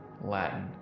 Latin